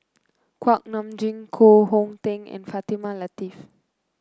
Kuak Nam Jin Koh Hong Teng and Fatimah Lateef